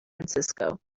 francisco